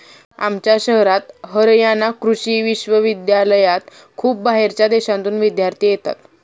आमच्या शहरात हरयाणा कृषि विश्वविद्यालयात खूप बाहेरच्या देशांतून विद्यार्थी येतात